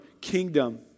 kingdom